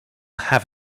have